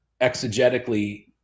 exegetically